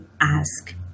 ask